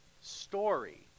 story